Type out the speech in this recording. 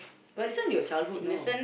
but this one your childhood know